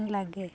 ଲାଗେ